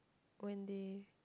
when they